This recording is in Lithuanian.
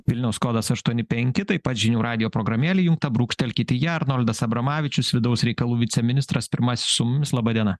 vilniaus kodas aštuoni penki taip pat žinių radijo programėlė įjungta brūkštelkit į ją arnoldas abramavičius vidaus reikalų viceministras pirmasis su mumis laba diena